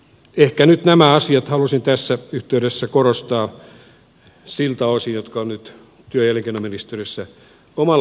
ehkä nyt näitä asioita halusin tässä yhteydessä korostaa siltä osin mitkä ovat nyt työ ja elinkeinoministeriössä omalla vastuualueellani